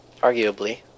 Arguably